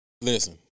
Listen